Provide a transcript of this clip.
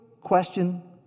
question